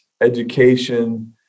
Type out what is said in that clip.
education